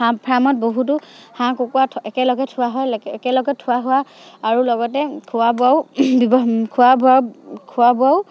হাঁহ ফাৰ্মত বহুতো হাঁহ কুকুৰা থ একেলগে থোৱা হয়ে একেলগে থোৱা হোৱা আৰু লগতে খোৱা বোৱাও খোৱা বোৱা খোৱা বোৱাও